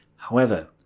however,